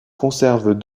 conserve